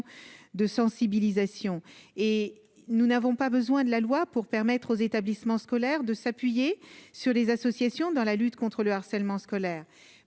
de sensibilisation et nous n'avons pas besoin de la loi pour permettre aux établissements scolaires de s'appuyer sur les associations dans la lutte contre le harcèlement scolaire,